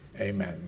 Amen